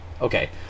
okay